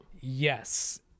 Yes